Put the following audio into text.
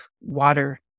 water